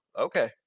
okay